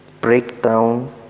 breakdown